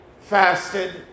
fasted